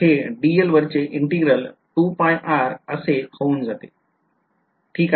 तर हे dl वरचे integral असे होऊन जाते